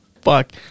fuck